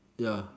ya